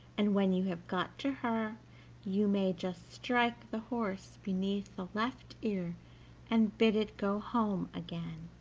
and when you have got to her you may just strike the horse beneath the left ear and bid it go home again.